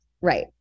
Right